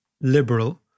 liberal